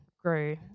grew